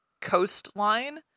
coastline